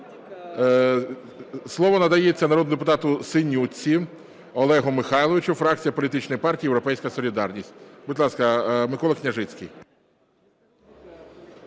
Слово надається народному депутату Синютці Олегу Михайловичу, фракція політичної партії "Європейська солідарність". Будь ласка, Микола Княжицький.